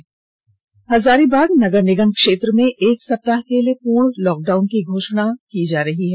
lockdown Hazaribagh नगर निगम क्षेत्र में एक सप्ताह के लिए पूर्ण लॉकडाउन की घोषणा जा रहा है